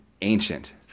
ancient